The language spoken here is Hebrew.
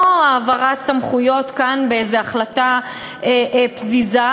לא העברת סמכויות כאן באיזו החלטה פזיזה,